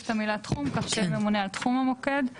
את המילה "תחום" כך שיהיה "ממונה על תחום המוקד".